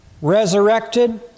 resurrected